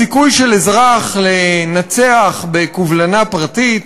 הסיכוי של אזרח לנצח בקובלנה פרטית,